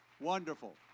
Wonderful